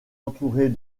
entourée